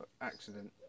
accident